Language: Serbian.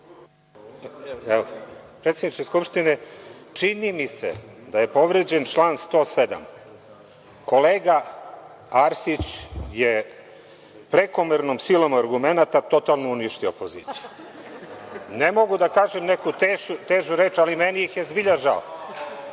Predsedniče Skupštine, čini mi se da je povređen član 107. Kolega Arsić je prekomernom silom argumenata totalno uništio opoziciju. Ne mogu da kažem neku težu reč, ali meni ih je zbilja žao.